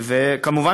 וכמובן,